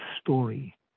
story